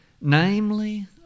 namely